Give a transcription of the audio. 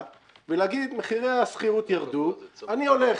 ולהגיד: מחירי השכירות ירדו ואני הולך,